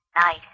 Night